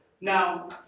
Now